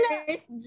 first